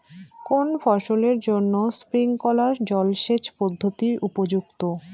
কোন ফসলের জন্য স্প্রিংকলার জলসেচ পদ্ধতি উপযুক্ত?